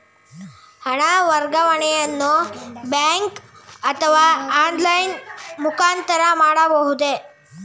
ಹಣ ವರ್ಗಾವಣೆಯನ್ನು ಬ್ಯಾಂಕ್ ಅಥವಾ ಆನ್ಲೈನ್ ಮುಖಾಂತರ ಮಾಡಬಹುದೇ?